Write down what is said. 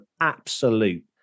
absolute